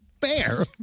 Bear